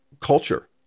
culture